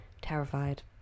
Terrified